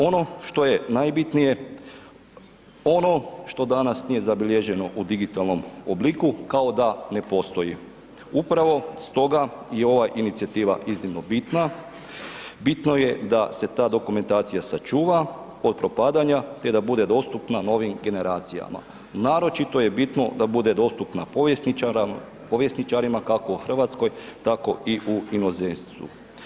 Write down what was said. Ono što je najbitnije, ono što danas nije zabilježeno u digitalnom obliku kao da ne postoji, upravo stoga je ova inicijativa iznimno bitna, bitno je da se ta dokumentacija sačuva od propadanja, te da bude dostupna novim generacijama, naročito je bitno da bude dostupna povjesničarima, kako u RH, tako i u inozemstvu.